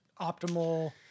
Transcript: optimal